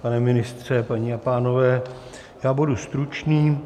Pane ministře, paní a pánové, já budu stručný.